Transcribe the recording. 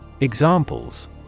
Examples